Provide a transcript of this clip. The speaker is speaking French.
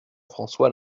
françois